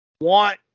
want